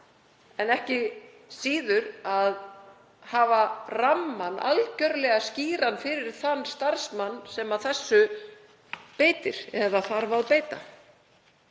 en ekki síður að hafa rammann algerlega skýran fyrir þann starfsmann sem þessu beitir eða þarf að beita.